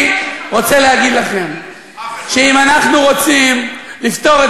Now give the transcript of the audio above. אם כן, אנחנו עוברים להצבעה.